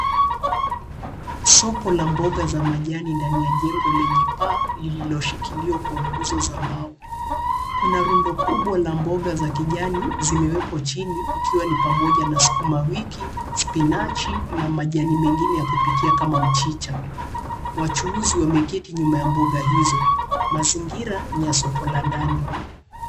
Soko la mboga za majani ndani ya jengo lenye paa lililoshikiliwa kwa nguzo za mbao. Kuna rundo kubwa la mboga za kijani zimewekwa chini, ikiwa ni pamoja na sukuma wiki, spinachi, na majani mengine ya kupikia, kama mchicha. Wachuuzi wameketi nyuma ya mboga hio. Mazingira ni ya soko la ndani.